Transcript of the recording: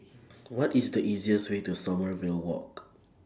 What IS The easiest Way to Sommerville Walk